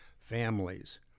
families